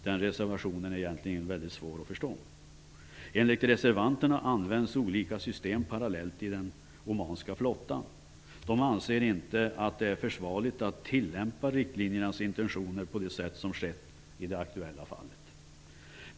Den reservationen är egentligen väldigt svår att förstå. Enligt reservanterna används olika system parallellt i den omanska flottan. Reservanterna anser inte att det är försvarligt att tillämpa intentionerna i riktlinjerna på det sätt som skett i det aktuella fallet.